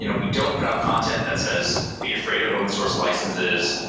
you know we don't put up content that says, be afraid of open source licenses.